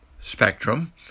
spectrum